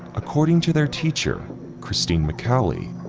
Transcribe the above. according to their teacher christine mccauley,